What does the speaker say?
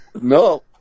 No